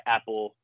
Apple